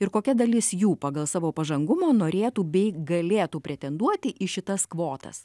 ir kokia dalis jų pagal savo pažangumo norėtų bei galėtų pretenduoti į šitas kvotas